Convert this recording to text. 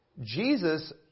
Jesus